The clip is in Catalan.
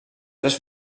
tres